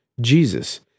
Jesus